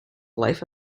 life